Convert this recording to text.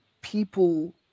people